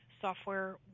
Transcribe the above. software